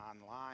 online